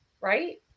right